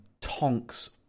tonks